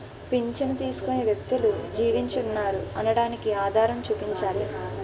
పింఛను తీసుకునే వ్యక్తులు జీవించి ఉన్నారు అనడానికి ఆధారం చూపించాలి